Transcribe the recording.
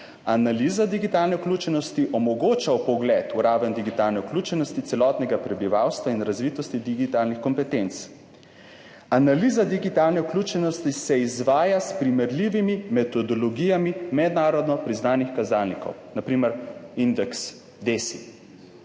Analiza digitalne vključenosti omogoča vpogled v raven digitalne vključenosti celotnega prebivalstva in razvitosti digitalnih kompetenc. Analiza digitalne vključenosti se izvaja s primerljivimi metodologijami mednarodno priznanih kazalnikov (na primer ustrezni